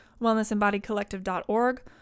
wellnessembodiedcollective.org